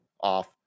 off